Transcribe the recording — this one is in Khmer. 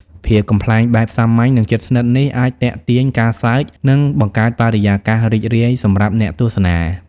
ភាពកំប្លែងបែបសាមញ្ញ និងជិតស្និទ្ធនេះ អាចទាក់ទាញការសើច និង បង្កើតបរិយាកាសរីករាយសម្រាប់អ្នកទស្សនា។